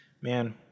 Man